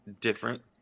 different